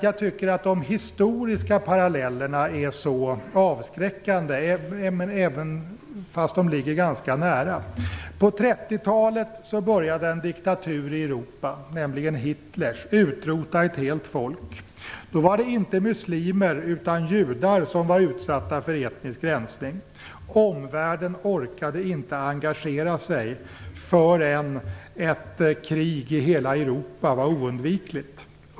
Jag tycker att de historiska parallellerna är så avskräckande, fast de ligger ganska nära. På 30-talet började en diktatur i Europa, nämligen Hitlers, utrota ett helt folk. Då var det inte muslimer utan judar som var utsatta för etnisk rensning. Omvärlden orkade inte engagera sig förrän ett krig i hela Europa var oundvikligt.